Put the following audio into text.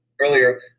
earlier